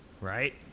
Right